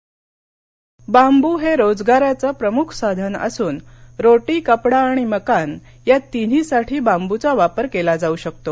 बांब उद्योग बांबू हे रोजगाराचे प्रमुख साधन असून रोटी कपडा आणि मकान या तिन्हीसाठी बांबूचा वापर केला जाऊ शकतो